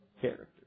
character